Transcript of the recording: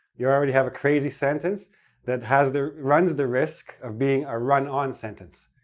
you already have a crazy sentence that has the. runs the risk of being a run-on sentence.